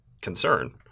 concern